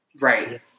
Right